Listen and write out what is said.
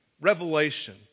Revelation